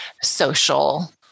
social